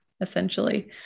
essentially